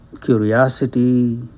curiosity